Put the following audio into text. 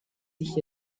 sich